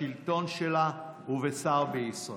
בשלטון שלה ובשר בישראל.